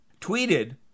tweeted